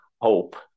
hope